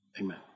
Amen